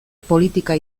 politika